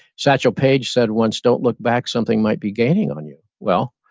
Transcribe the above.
satchel paige said once, don't look back, something might be gaining on you. well,